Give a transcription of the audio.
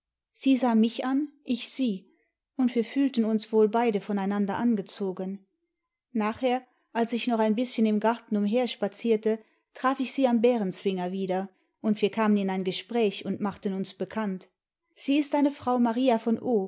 sie sah mich an ich sie und wir fühlten uns wohl beide voneinander angezogen nachher als ich noch ein bißchen im garten umherspazierte traf ich sie am bärenzwinger wieder und wir kamen in ein gespräch und machten uns bekannt sie ist eine frau maria von